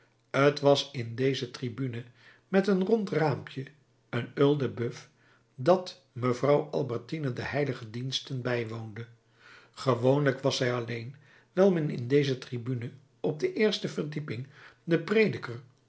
t was in deze tribune met een rond raampje een oeil de boeuf dat mevrouw albertine de heilige diensten bijwoonde gewoonlijk was zij er alleen wijl men in deze tribune op de eerste verdieping den prediker